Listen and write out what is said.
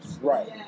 Right